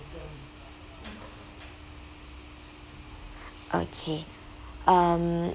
okay um